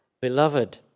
Beloved